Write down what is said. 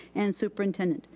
and superintendent.